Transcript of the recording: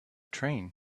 train